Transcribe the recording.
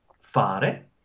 Fare